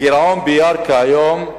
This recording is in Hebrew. הגירעון בירכא היום הוא